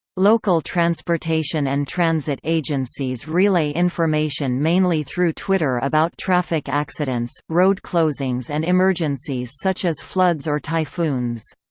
local transportation and transit agencies relay information mainly through twitter about traffic accidents, road closings and emergencies such as floods or typhoons.